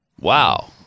Wow